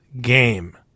game